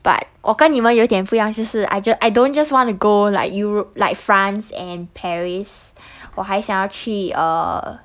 but 我跟你们有点不一样就是 I ju~ I don't just want to go like europe like france and paris 我还想去 err